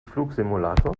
flugsimulator